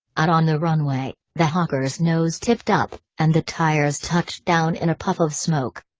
out on the runway, the hawker's nose tipped up, and the tires touched down in a puff of smoke.